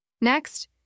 Next